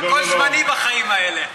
הכול זמני בחיים האלה.